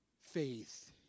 faith